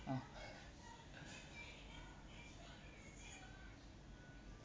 orh